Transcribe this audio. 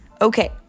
Okay